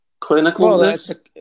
clinicalness